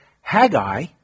Haggai